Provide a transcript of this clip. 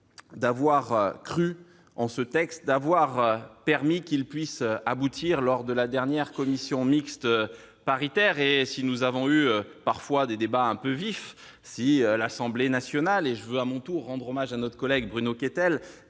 d'avoir cru en ce texte, d'avoir permis qu'il puisse aboutir lors de la commission mixte paritaire. Si nous avons eu, parfois, des débats un peu vifs avec nos collègues de l'Assemblée nationale, je veux, à mon tour, rendre hommage à notre collègue Bruno Questel,